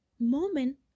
moment